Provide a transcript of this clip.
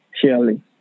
Surely